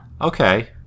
Okay